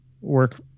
work